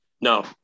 No